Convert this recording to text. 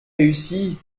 réussi